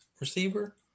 receiver